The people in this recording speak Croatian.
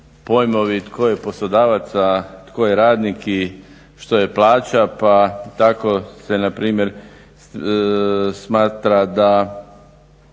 pojmovi tko je poslodavac, a tko je radnik i što je plaća pa tako se npr. smatra da